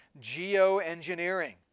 geoengineering